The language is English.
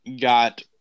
got